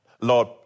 Lord